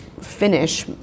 finish